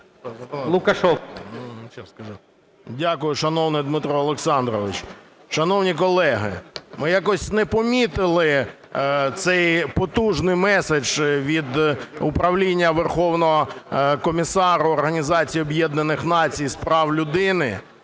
Дякую, шановний Дмитро Олександрович. Шановні колеги, ми якось не помітили цей потужний меседж від Управління Верховного комісара Організації